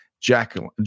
Jacqueline